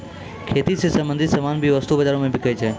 खेती स संबंछित सामान भी वस्तु बाजारो म बिकै छै